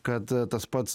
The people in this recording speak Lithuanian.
kad tas pats